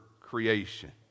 creation